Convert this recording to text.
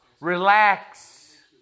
Relax